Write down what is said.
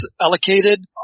allocated